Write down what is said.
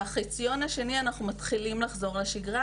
בחציון השני של 2021 אנחנו מתחילים לחזור לשגרה,